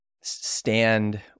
stand